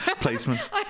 Placement